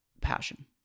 passion